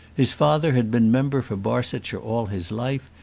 his father had been member for barsetshire all his life,